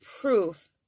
proof